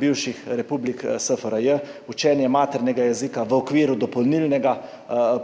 bivših republik SFRJ, učenje maternega jezika v okviru dopolnilnega